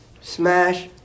Smash